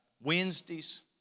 Wednesdays